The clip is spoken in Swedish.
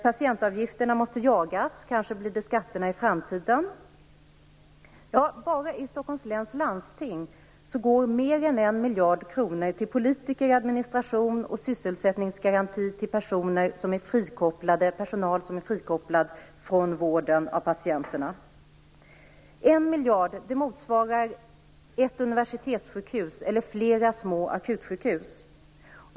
Patientavgifterna måste jagas - kanske blir det skatterna i framtiden. Bara i Stockholms läns landsting går alltså mer än en miljard kronor till politiker, administration och sysselsättningsgaranti till personal som är frikopplad från vården av patienterna. En miljard kronor motsvarar ett universitetssjukhus eller flera små akutsjukhus.